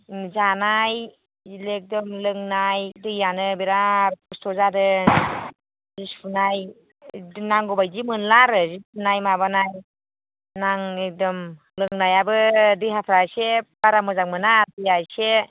उम जानाय एकदम लोंनाय दैआनो बिराथ खस्थ' जादों जि सुनाय बिदि नांगौबायदि मोनला आरो जि सुनाय माबानाय नां एकदम लोंनायाबो देहाफ्रा एसे बारा मोजां मोना दैआ एसे